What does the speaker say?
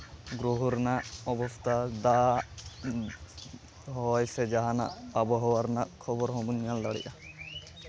ᱜᱨᱚᱦᱚ ᱨᱮᱱᱟᱜ ᱚᱵᱚᱥᱛᱷᱟ ᱫᱟᱜ ᱦᱚᱭ ᱥᱮ ᱡᱟᱦᱟᱱᱟᱜ ᱟᱵᱳᱦᱟᱣᱟ ᱨᱮᱱᱟᱜ ᱠᱷᱚᱵᱚᱨ ᱦᱚᱸᱵᱚᱱ ᱧᱮᱞ ᱫᱟᱲᱮᱭᱟᱜᱼᱟ